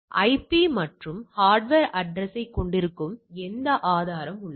IP மற்றும் hardware அட்ரஸ்யைக் கொண்டிருக்கும் அந்த ஆதாரம் உள்ளது